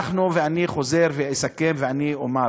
אני חוזר ומסכם ואומר